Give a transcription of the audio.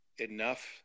enough